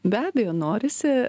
be abejo norisi